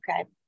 okay